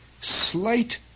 slight